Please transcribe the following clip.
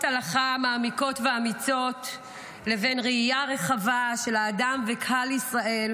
הלכה מעמיקות ואמיצות לבין ראייה רחבה של האדם וקהל ישראל,